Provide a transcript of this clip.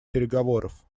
переговоров